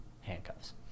handcuffs